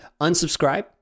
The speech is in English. Unsubscribe